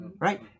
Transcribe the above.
right